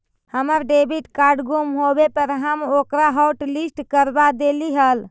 हमर debit card गुम होवे पर हम ओकरा हॉटलिस्ट करवा देली हल